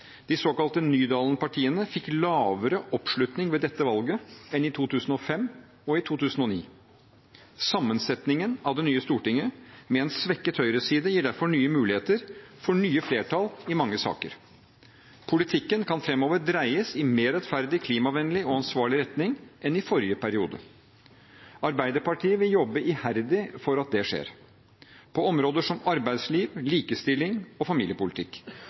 De såkalte Nydalen-partiene fikk lavere oppslutning ved dette valget enn i 2005 og 2009. Sammensetningen av det nye Stortinget, med en svekket høyreside, gir derfor nye muligheter for nye flertall i mange saker. Politikken kan framover dreies i en mer rettferdig, klimavennlig og ansvarlig retning enn i forrige periode. Arbeiderpartiet vil jobbe iherdig for at det skjer, på områder som arbeidsliv, likestilling og familiepolitikk,